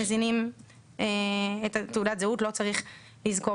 מזינים את מספר תעודת הזהות ולא צריך לזכור